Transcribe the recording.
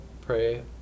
pray